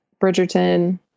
Bridgerton